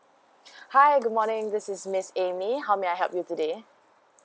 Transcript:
hi good morning this is miss amy how may I help you today